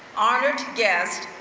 honored guests,